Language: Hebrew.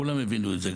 כולם יבינו את זה,